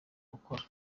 gukora